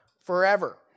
forever